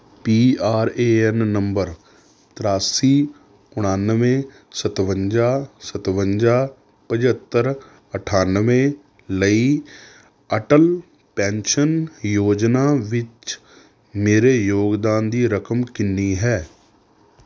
P R A N number ਤਰਿਆਸੀ ਉਣਾਨਵੇਂ ਸਤਵੰਜਾ ਸਤਵੰਜਾ ਪੰਝੱਤਰ ਅਠਾਨਵੇਂ ਲਈ ਅਟਲ ਪੈਨਸ਼ਨ ਯੋਜਨਾ ਵਿੱਚ ਮੇਰੇ ਯੋਗਦਾਨ ਦੀ ਰਕਮ ਕਿੰਨੀ ਹੈ